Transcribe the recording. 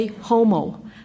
homo